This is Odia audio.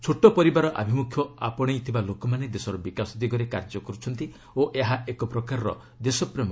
ଛୋଟ ପରିବାର ଆଭିମ୍ରଖ୍ୟ ଆପଶେଇଥିବା ଲୋକମାନେ ଦେଶର ବିକାଶ ଦିଗରେ କାର୍ଯ୍ୟ କରୁଛନ୍ତି ଓ ଏହା ଏକପ୍ରକାରର ଦେଶପ୍ରେମ